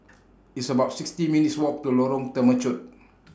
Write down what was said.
It's about sixty minutes' Walk to Lorong Temechut